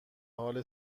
حال